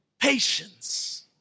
Patience